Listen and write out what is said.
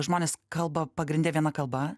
žmonės kalba pagrinde viena kalba